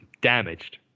Damaged